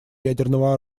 ядерного